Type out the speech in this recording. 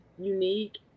unique